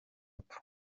apfa